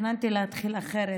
תכננתי להתחיל אחרת,